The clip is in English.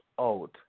out